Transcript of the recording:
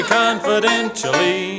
confidentially